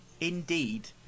Indeed